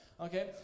Okay